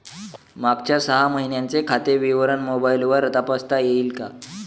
मागच्या सहा महिन्यांचे खाते विवरण मोबाइलवर तपासता येईल का?